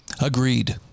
agreed